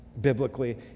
biblically